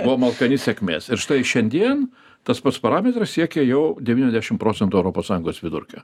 buvom alkani sėkmės ir štai šiandien tas pats parametras siekia jau devyniasdešimt procentų europos sąjungos vidurkio